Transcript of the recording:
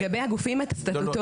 לפני זה,